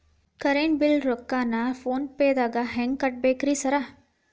Current bill ರೊಕ್ಕಾನ phone ಪೇದಾಗ ಹೆಂಗ್ ಕಟ್ಟಬೇಕ್ರಿ ಸರ್?